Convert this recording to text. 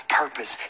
purpose